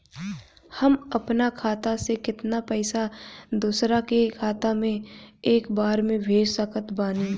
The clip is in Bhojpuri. हम अपना खाता से केतना पैसा दोसरा के खाता मे एक बार मे भेज सकत बानी?